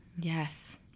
yes